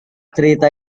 cerita